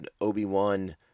Obi-Wan